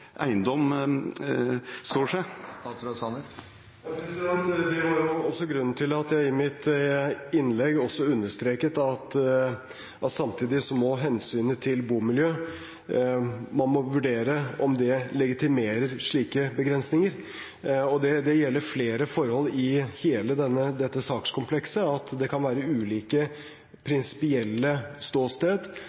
eiendom står seg? Det var jo også grunnen til at jeg i mitt innlegg understreket at man samtidig må vurdere om hensynet til bomiljøet legitimerer slike begrensninger. Det gjelder flere forhold i hele dette sakskomplekset, at det kan være ulikt prinsipielt ståsted